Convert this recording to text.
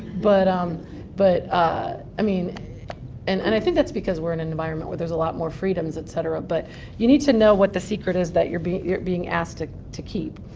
but um but ah i mean and and i think that's because we're in an environment where there's a lot more freedoms, et cetera. but you need to know what the secret is that you're being you're being asked to to keep.